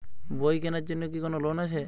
বই কেনার জন্য কি কোন লোন আছে?